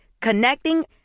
Connecting